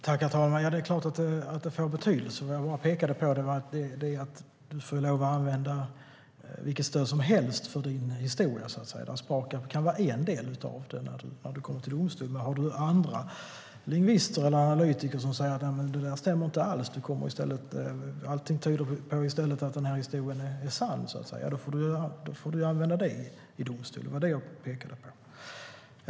Herr talman! Det är klart att det får betydelse. Vad jag pekade på var att man får använda sig av vilket stöd som helst för att styrka sin historia. Sprakab kan vara en del när man kommer till domstol. Finns det andra lingvister eller analytiker som anser att historien är sann får man använda det materialet i domstolen. Det var det som jag pekade på.